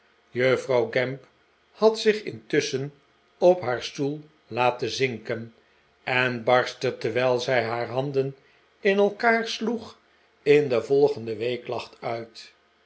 juffrouw gamp had zich intusschen op haar stoel laten zinken en barstte terwijl maa'rten chuzzlewit zij haar handen in elkaar sloeg in de volgende weeklacht uit